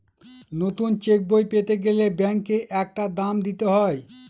নতুন চেকবই পেতে গেলে ব্যাঙ্কে একটা দাম দিতে হয়